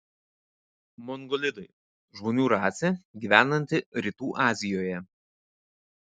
mongolidai žmonių rasė gyvenanti rytų azijoje